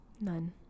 None